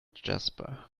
jasper